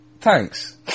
Thanks